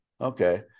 Okay